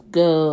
go